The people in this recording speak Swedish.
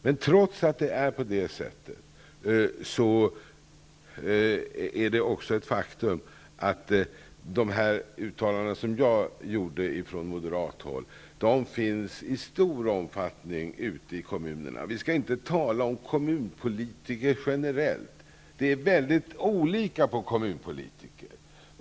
Men trots att det är på det sättet är det också ett faktum att de åsikter som framförts i de uttalanden som gjorts från Moderat håll i stor omfattning finns ute i kommunerna. Vi skall inte tala generellt om kommunpolitiker. Det finns mycket olika kommunpolitiker.